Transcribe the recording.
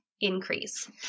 increase